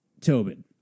Tobin